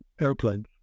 airplanes